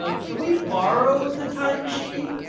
ah can we borrow the time machine?